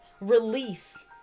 release